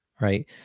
right